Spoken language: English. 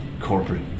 corporate